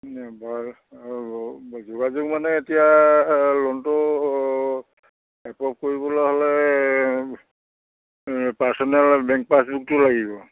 যোগাযোগ মানে এতিয়া লোনটো এপ্ৰুভ কৰিবলৈ হ'লে পাৰ্চনেল বেংক পাছবুকটো লাগিব